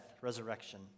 resurrection